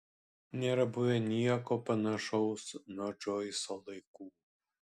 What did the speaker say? nėra buvę nieko panašaus nuo džoiso laikų